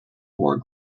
wore